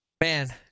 Man